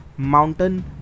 Mountain